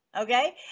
okay